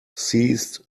seized